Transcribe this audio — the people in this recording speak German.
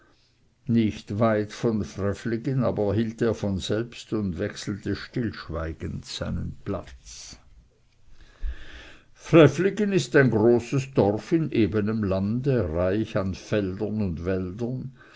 nicht weit von frevligen hielt er aber von selbst und wechselte stillschweigend seinen platz frevligen ist ein großes dorf in ebenem lande reich an feldern und wäldern